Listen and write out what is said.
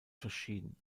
verschieden